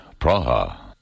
Praha